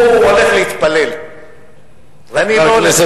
הוא הולך להתפלל, ואני לא הולך להתפלל.